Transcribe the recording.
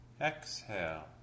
Exhale